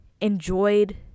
enjoyed